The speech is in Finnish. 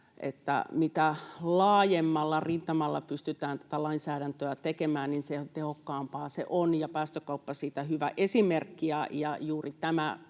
mitä laajemmalla rintamalla pystytään tätä lainsäädäntöä tekemään, niin sen tehokkaampaa se on. Päästökauppa ja juuri tämä mekanismi